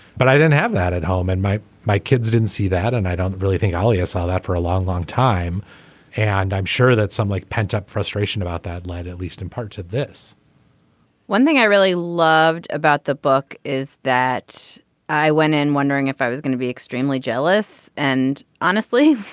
but i didn't have that at home and my my kids didn't see that and i don't really think i'll use all that for a long long time and i'm sure that some like pent up frustration about that land at least in part to this one thing i really loved about the book is that i went in wondering if i was going to be extremely jealous and honestly